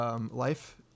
life